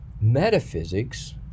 metaphysics